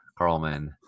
Carlman